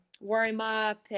warm-up